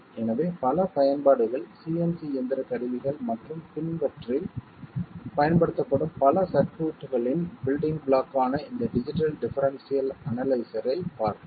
எனவே பல பயன்பாடுகள் CNC இயந்திர கருவிகள் மற்றும் பிறவற்றில் பயன்படுத்தப்படும் பல சர்க்யூட்களின் பில்டிங் பிளாக் ஆன இந்த டிஜிட்டல் டிஃபரன்ஷியல் அனலைசரைப் பார்ப்போம்